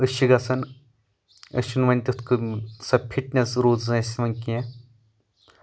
أسۍ چھِ گژھان أسۍ چھِنہٕ وۄنۍ تِتھ کٔۍ سۄ فٹنٮ۪س روٗز نہٕ اسہِ وۄنۍ کینٛہہ